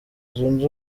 zunze